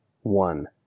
one